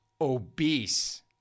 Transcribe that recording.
obese